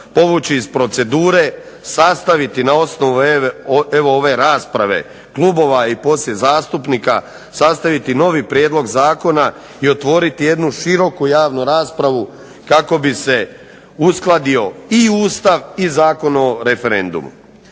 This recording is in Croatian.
povući iz procedure sastaviti na evo ove rasprave klubova i poslije zastupnika, sastaviti novi prijedlog zakona i otvoriti jednu široku javnu raspravu kako bi se uskladio i Ustav i Zakon o referendumu.